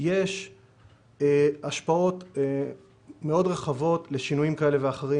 יש השפעות מאוד רחבות לשינויים כאלה ואחרים.